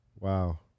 Wow